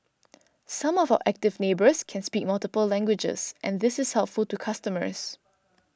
some of Active Neighbours can speak multiple languages and this is helpful to customers